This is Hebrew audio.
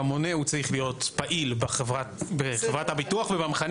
במונה הוא צריך להיות פעיל בחברת הביטוח ובמכנה